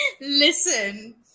Listen